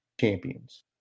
champions